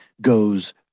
goes